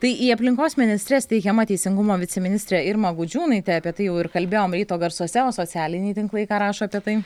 tai į aplinkos ministres teikiama teisingumo viceministrė irma gudžiūnaitė apie tai jau ir kalbėjom ryto garsuose o socialiniai tinklai ką rašo apie tai